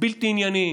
בלתי ענייניים,